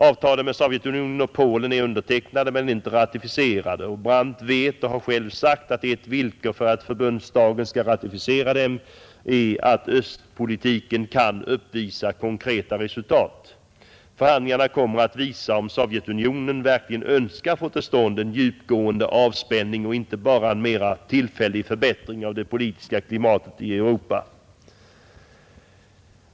Avtalen med Sovjetunionen och Polen är undertecknade, men ännu inte ratificerade, Brandt vet och har själv sagt, att ett villkor för att förbundsdagen skall ratificera dem är, att östpolitiken kan uppvisa konkreta resultat. Förhandlingarna kommer att visa, om Sovjetunionen verkligen önskar få till stånd en djupgående avspänning och inte bara en mera tillfällig förbättring av det politiska klimatet i Europa.